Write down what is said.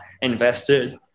invested